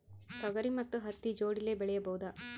ತೊಗರಿ ಮತ್ತು ಹತ್ತಿ ಜೋಡಿಲೇ ಬೆಳೆಯಬಹುದಾ?